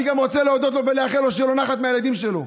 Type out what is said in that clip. אני גם רוצה להודות לו ולאחל לו שיהיה לו נחת מהילדים שלו.